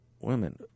women